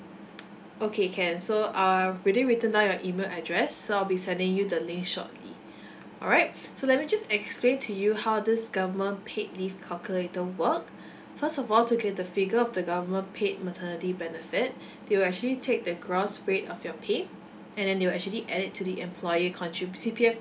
okay can so I already written down your email address so I'll be sending you the link shortly alright so let me just explain to you how this government paid leave calculator work first of all to get the figure of the government paid maternity benefit they will actually take the gross rate of your pay and then they will actually add it to the employer contribute C_P_F